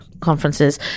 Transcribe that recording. conferences